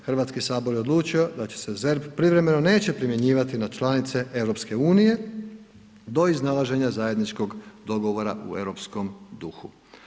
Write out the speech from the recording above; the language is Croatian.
Hrvatski sabor je odlučio da će se ZERP privremeno neće primjenjivati na članice EU do iznalaženja zajedničkog dogovora u europskom duhu.